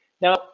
Now